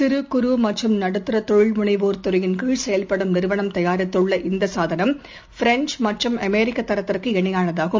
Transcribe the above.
சிறு குறு மற்றும் நடுத்தரதொழில் முனைவோர் துறையின் கீழ செயல்படும் நிறுவனம் தயாரித்துள்ள இந்தசாதனம் ஃப்ரெஞ்ச் மற்றும் அமெரிக்கதரத்திற்கு இணையானதாகும்